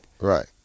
Right